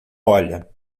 olha